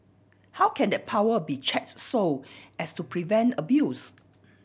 how can that power be checked so as to prevent abuse